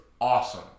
awesome